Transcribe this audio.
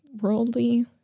worldly